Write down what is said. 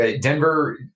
Denver